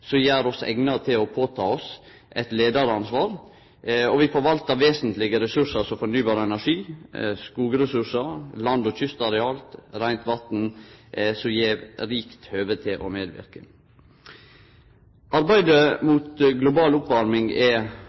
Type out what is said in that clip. som gjer oss eigna til å ta på oss eit leiaransvar, og vi forvaltar vesentlege ressursar som fornybar energi, skogressursar, land- og kystareal og reint vatn, som gjev rikt høve til å medverke. Arbeidet mot global oppvarming er